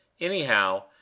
Anyhow